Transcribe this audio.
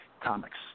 comics